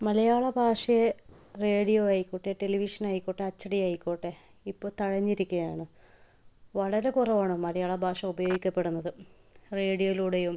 മലയാള ഭാഷയെ റേഡിയോ ആയിക്കോട്ടെ ടെലിവിഷൻ ആയിക്കോട്ടെ അച്ചടി ആയിക്കോട്ടെ ഇപ്പോൾ തഴഞ്ഞിരിക്കുകയാണ് വളരെ കുറവാണ് മലയാള ഭാഷ ഉപയോഗിക്കപ്പെടുന്നത് റേഡിയോയിലൂടെയും